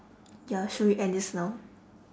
ya should we end this now